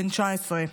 בן 19,